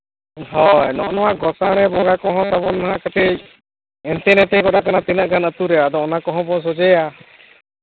ᱦᱚᱸ ᱱᱚᱜᱼᱚ ᱱᱚᱣᱟ ᱜᱚ ᱥᱟᱬᱮ ᱵᱚᱸᱜᱟ ᱠᱚᱦᱚᱸ ᱛᱟᱵᱚᱱ ᱢᱟ ᱠᱟᱹᱴᱤᱡ ᱚᱱᱛᱮᱼᱱᱚᱛᱮ ᱵᱟᱲᱟᱜ ᱠᱟᱱᱟ ᱛᱤᱱᱟᱹᱜ ᱜᱟᱱ ᱟᱹᱛᱩ ᱨᱮ ᱟᱫᱚ ᱚᱱᱟ ᱠᱚᱦᱚᱸ ᱵᱚ ᱥᱚᱡᱷᱮᱭᱟ